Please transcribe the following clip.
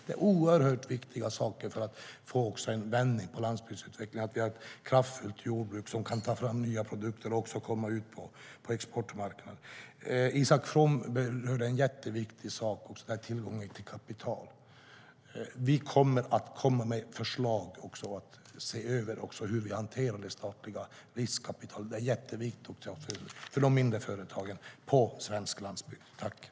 Det är viktiga saker för att få landsbygdsutvecklingen att vända, så att det finns ett kraftfullt jordbruk som kan ta fram nya produkter och komma ut på exportmarknaden. Isak From tog upp en viktig sak, nämligen tillgången till kapital. Vi kommer att lägga fram förslag om att se över hur vi hanterar det statliga riskkapitalet. Det är viktigt för de mindre företagen på den svenska landsbygden.